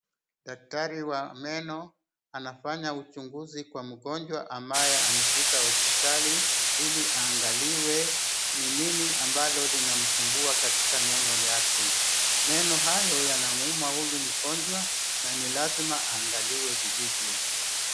Daktari wa meno anafanya uchuguzi kwa mgonjwa ambaye amefika hospitali ili angaliwa ni nini ambalo linamsubua katika meno yake. Meno hayo yanamuuma huyu mgonjwa na ni lazma aangaliwe vilivyo.